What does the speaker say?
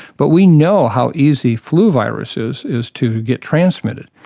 but we know how easy flu virus is is to get transmitted.